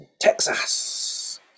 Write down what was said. Texas